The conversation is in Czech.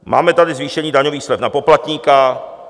Máme tady zvýšení daňových slev na poplatníka.